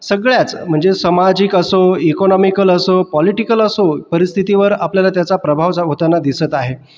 सगळ्याच म्हणजे सामाजिक असो इकॉनॉमिकल असो पॉलिटिकल असो परिस्थितीवर आपल्याला त्याचा प्रभाव जा होताना दिसत आहे